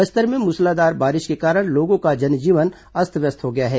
बस्तर में मूसलाधार बारिश के कारण लोगों का जनजीवन अस्त व्यस्त हो गया है